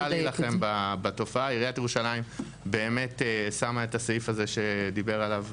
היא ניסתה להילחם בתופעה ובאמת שמה את הסעיף הזה שדיברנו עליו,